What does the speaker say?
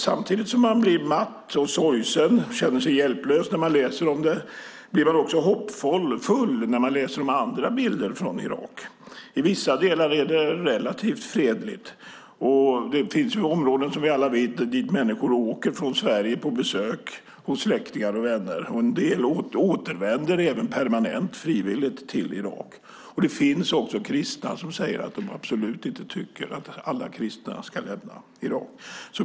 Samtidigt som man blir matt och sorgsen och känner sig hjälplös när man läser om det blir man också hoppfull när man läser om andra bilder från Irak. I vissa delar är det relativt fredligt. Det finns områden, som vi alla vet, dit människor åker från Sverige på besök hos släktingar och vänner. En del återvänder även frivilligt permanent till Irak. Det finns också kristna som säger att de absolut inte tycker att alla kristna ska lämna Irak.